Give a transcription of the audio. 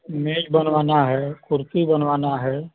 मेज बनवाना है कुर्सी बनवाना है